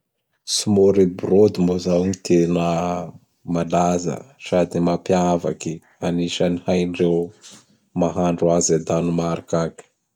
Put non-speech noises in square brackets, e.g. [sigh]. [noise] Smôrebrôdy moa zao gny tena malaza sady mapiavaky, anisan'ny haindreo [noise] mahandro azy a Danemark agny.